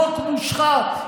חוק מושחת.